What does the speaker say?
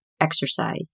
exercise